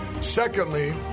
Secondly